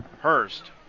Hurst